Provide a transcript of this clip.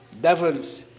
devils